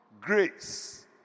grace